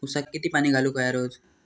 ऊसाक किती पाणी घालूक व्हया रोज?